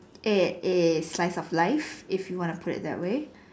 it is a slice of life if you want to put it that way